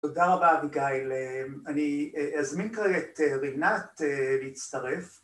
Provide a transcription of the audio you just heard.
‫תודה רבה, אביגיל. ‫אני אזמין כרגע את רינת להצטרף.